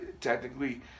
technically